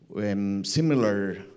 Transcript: similar